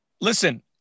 Listen